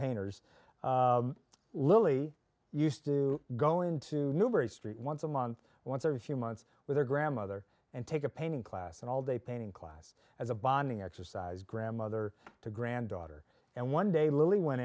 painters lily used to go into newbury street once a month once every few months with her grandmother and take a painting class and all day painting class as a bonding exercise grandmother to granddaughter and one day lily went